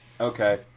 Okay